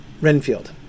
Renfield